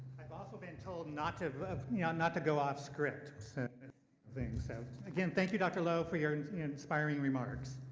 um also been told not to yeah ah not to go off-script and things. and again thank you dr loh for your and and inspiring remarks.